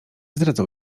zdradzał